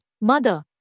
mother